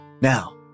Now